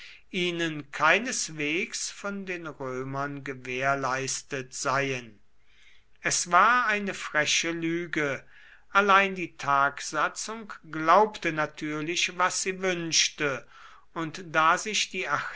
ihnen keineswegs von den römern gewährleistet seien es war eine freche lüge allein die tagsatzung glaubte natürlich was sie wünschte und da sich die